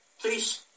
Please